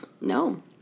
No